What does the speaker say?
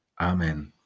Amen